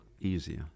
easier